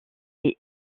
est